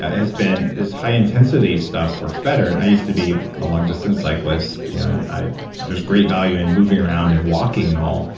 ah has been this high intensity stuff works better. and i used to be a long distance cyclist. yeah and there's great value in moving around and walking and all,